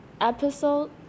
episode